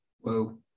Whoa